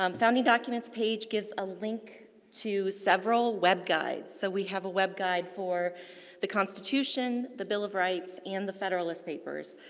um founding documents page gives a link to several web guides. so, we have a web guide for the constitution, the bill of rights, and the federalist papers,